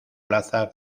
plaza